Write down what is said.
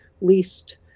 least